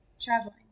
Traveling